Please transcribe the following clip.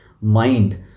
mind